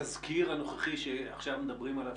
התזכיר הנוכחי שעכשיו מדברים עליו,